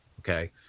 Okay